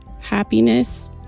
happiness